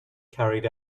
carried